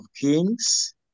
kings